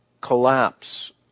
collapse